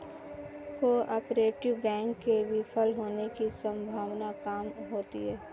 cooperative bank के विफल होने की सम्भावना काम होती है